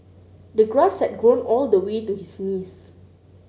the grass had grown all the way to his knees